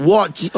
Watch